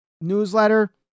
newsletter